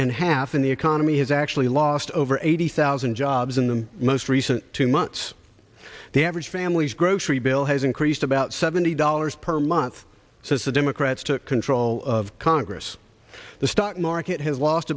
in half and the economy has actually lost over eighty thousand jobs in the most recent two months the average family's grocery bill has increased about seventy dollars per month since the day kratz took control of congress the stock market has lost